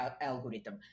algorithm